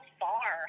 far